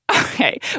Okay